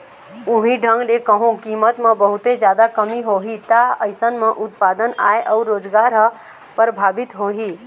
उहीं ढंग ले कहूँ कीमत म बहुते जादा कमी होही ता अइसन म उत्पादन, आय अउ रोजगार ह परभाबित होही